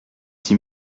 six